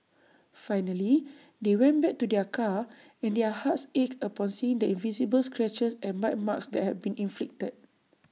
finally they went back to their car and their hearts ached upon seeing the visible scratches and bite marks that had been inflicted